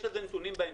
יש על זה נתונים בהמשך.